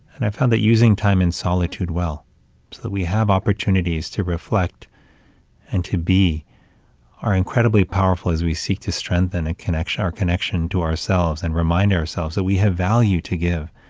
and i found that using time in solitude well, so that we have opportunities to reflect and to be are incredibly powerful as we seek to strengthen a connection, our connection to ourselves and remind ourselves that we have value to give,